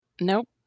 Nope